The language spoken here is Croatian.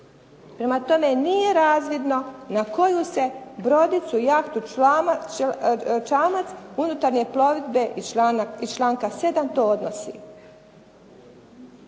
Prema tome, nije razvidno na koju se brodicu, jahtu, čamac unutarnje plovidbe iz članka 7. to odnosi.